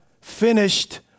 finished